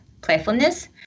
playfulness